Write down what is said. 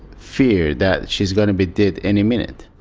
fear that she's going to be dead any minute.